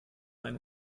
eine